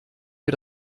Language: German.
für